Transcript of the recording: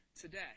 today